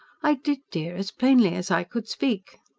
i did, dear. as plainly as i could speak.